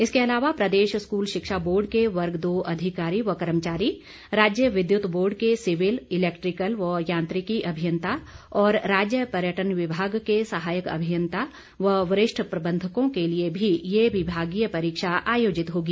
इसके अलावा प्रदेश स्कूल शिक्षा बोर्ड के वर्ग दो अधिकारी व कर्मचारी राज्य विद्युत बोर्ड के सीविल इलैक्ट्रिकल व यांत्रिकी अभियंता और राज्य पर्यटन विभाग के सहायक अभियंता व वरिष्ठ प्रबंधकों के लिए भी ये विभागीय परीक्षा आयोजित होगी